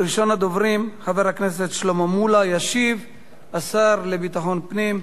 הצעות לסדר-היום מס' 8731, 8745, 8750 ו-8759.